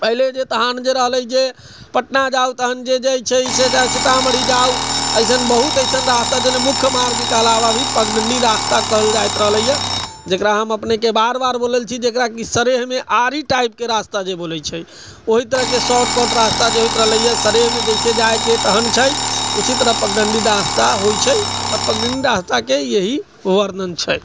पहिले जे तहन जे रहलै जे पटना जाउ तहन जे है से सीतामढ़ी जाउ एसन बहुत एसन रस्ता जेना मुख्य मार्गके अलावा भी पगडण्डी रस्ता कहल जाइत रहलै है जकरा हम अपनेके बार बार बोलल छी जकराकि सरेहेमे आड़ी टाइपके रास्ता जे बोलै छै ओहि तरहके शार्टकट रास्ता जे होइत रहलै है सरेहेमे जाइके तहन छै उसी तरह पगडण्डीके रास्ता होइ छै आओर पगडण्डीके रास्ताके यही वर्णन छै